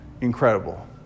Incredible